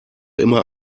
immer